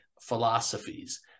philosophies